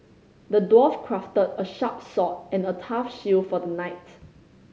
the dwarf crafted a sharp sword and a tough shield for the knight